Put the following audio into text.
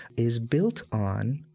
is built on,